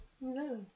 No